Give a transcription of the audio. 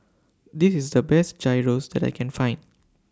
This IS The Best Gyros that I Can Find